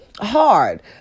hard